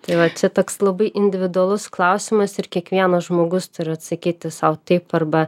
tai va čia toks labai individualus klausimas ir kiekvienas žmogus turi atsakyti sau taip arba